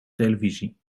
televisie